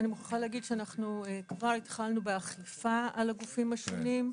אני מוכרחה להגיד שאנחנו כבר התחלנו באכיפה על הגופים השונים,